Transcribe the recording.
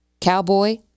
Cowboy